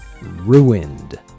Ruined